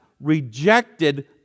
rejected